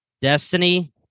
Destiny